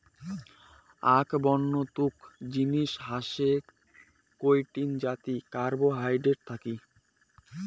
আক বন্য তুক জিনিস হসে কাইটিন যাতি কার্বোহাইড্রেট থাকি